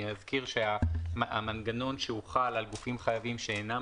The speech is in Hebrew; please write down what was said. אני מזכיר שהמנגנון שהוחל על גופים חייבים שאינם